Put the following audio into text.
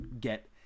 get